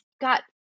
got